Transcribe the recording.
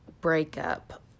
breakup